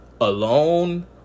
alone